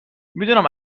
میدونم